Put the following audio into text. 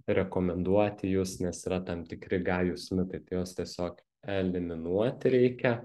rekomenduoti jus nes yra tam tikri gajūs mitai tai juos tiesiog eliminuoti reikia